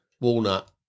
Walnut